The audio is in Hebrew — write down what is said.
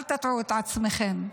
אל תטעו את עצמכם,